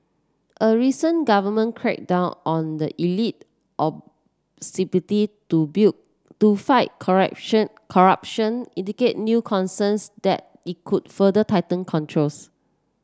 a recent government crackdown on the elite ostensibly to bill to fight correction corruption new concerns that it could further tighten controls